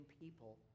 people